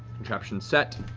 contraption set,